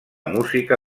música